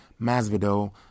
Masvidal